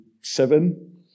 seven